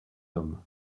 homme